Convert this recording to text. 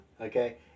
Okay